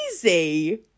crazy